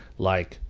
like,